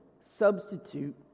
substitute